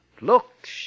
look